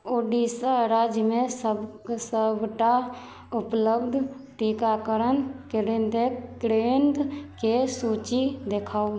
ओडीसा राज्यमे सब सबटा उपलब्ध टीकाकरण केन्द्रक केन्द्रके सूची देखाउ